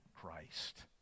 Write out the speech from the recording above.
Christ